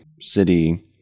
city